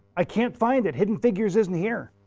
i can't find it, hidden figures isn't here.